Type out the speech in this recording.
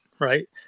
right